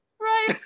Right